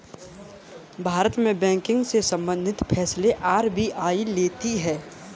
भारत में बैंकिंग से सम्बंधित फैसले आर.बी.आई लेती है